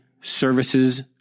services